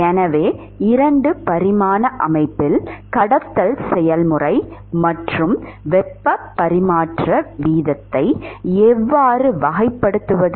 எனவே 2 பரிமாண அமைப்பில் கடத்தல் செயல்முறை மற்றும் வெப்ப பரிமாற்ற வீதத்தை எவ்வாறு வகைப்படுத்துவது